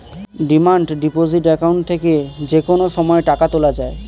demand deposit account থেকে যে কোনো সময় টাকা তোলা যায়